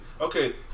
Okay